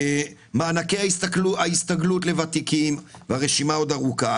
מענקי ההסתגלות לוותיקים והרשימה עוד ארוכה.